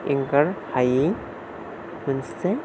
एंगार हायै मोनसे